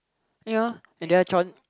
ya and there are chan~